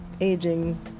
aging